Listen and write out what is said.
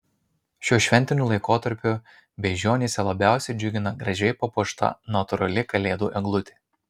šiuo šventiniu laikotarpiu beižionyse labiausiai džiugina gražiai papuošta natūrali kalėdų eglutė